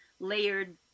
layered